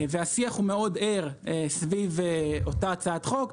והשיח הוא מאוד ער סביב אותה הצעת חוק.